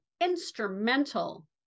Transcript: instrumental